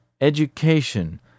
education